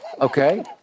Okay